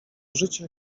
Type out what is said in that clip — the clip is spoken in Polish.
życie